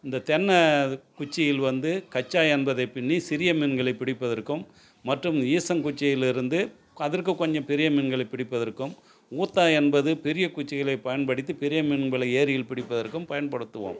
இந்த தென்னை குச்சியில் வந்து கச்சா என்பதை பின்னி சிறிய மீன்களை பிடிப்பதற்கும் மற்றும் ஈச்சன் குச்சியிலிருந்து அதற்கு கொஞ்சம் பெரிய மீன்களை பிடிப்பதற்கும் ஊத்தா என்பது பெரிய குச்சிகளை பயன்படுத்தி பெரிய மீன்களை ஏரியில் பிடிப்பதற்கும் பயன்படுத்துவோம்